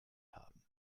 haben